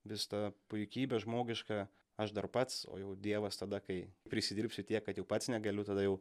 vis ta puikybė žmogiška aš dar pats o jau dievas tada kai prisidirbsi tiek kad jau pats negaliu tada jau